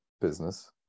Business